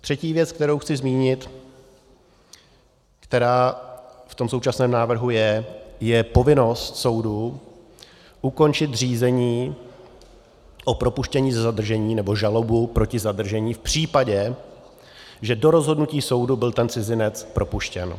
Třetí věc, kterou chci zmínit, která v současném návrhu je, je povinnost soudu ukončit řízení o propuštění ze zadržení nebo žalobu proti zadržení v případě, že do rozhodnutí soudu byl ten cizinec propuštěn.